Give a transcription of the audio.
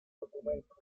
documentos